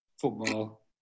Football